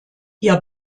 ihr